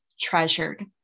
treasured